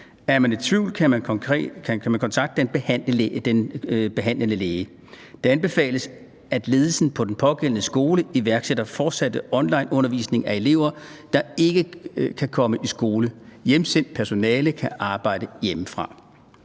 Er man i tvivl, kan man kontakte den behandlende læge. Det anbefales, at ledelsen på den pågældende skole iværksætter fortsat onlineundervisning af elever, der ikke kan komme i skole. Hjemsendt personale kan arbejde hjemmefra.